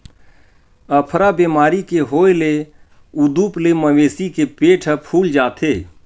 अफरा बेमारी के होए ले उदूप ले मवेशी के पेट ह फूल जाथे